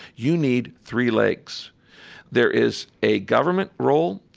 you need three legs there is a government role,